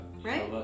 Right